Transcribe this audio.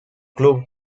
club